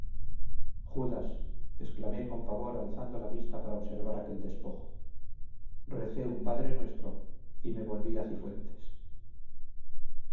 judas exclamé con pavor alzando la vista para observar aquel despojo recé un padre nuestro y me volví a cifuentes